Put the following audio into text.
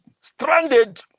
stranded